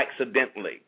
accidentally